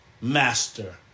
master